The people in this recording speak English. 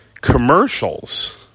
commercials